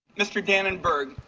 mr danenberger,